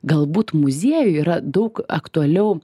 galbūt muziejui yra daug aktualiau